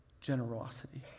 generosity